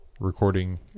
Recording